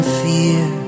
fear